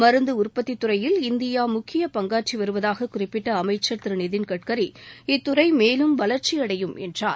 மருந்து உற்பத்தித் துறையில் இந்திய முக்கிய பங்காற்றி வருவதாக குறிப்பிட்ட அமைச்சர் திரு நிதின்கட்கரி இத்துறை மேலும் வளர்ச்சியடையும் என்றார்